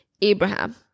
Abraham